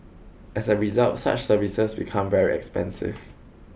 as a result such services become very expensive